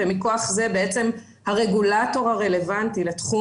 ומכוח זה הרגולטור הרלוונטי לתחום